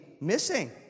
missing